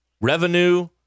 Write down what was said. revenue